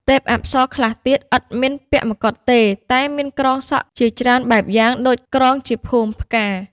ទេបអប្សរខ្លះទៀត ឥតមានពាក់មកុដ ទេ តែមានក្រងសក់ជាច្រើនបែបយ៉ាង ដូចក្រងជាភួងផ្កា។